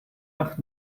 nach